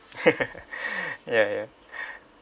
ya ya